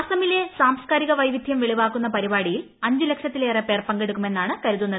അസമിലെ സാംസ്കാരിക വൈവിധ്യം വെളിവാക്കുന്ന പരിപാടിയിൽ അഞ്ചു ലക്ഷത്തിലേറെ പേർ പങ്കെടുക്കുമെന്നാണ് കരുതുന്നത്